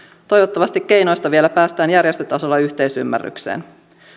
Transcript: toivottavasti keinoista vielä päästään järjestötasolla yhteisymmärrykseen